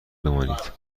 بمانید